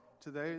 Today